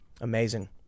Amazing